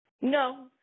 No